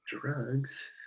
drugs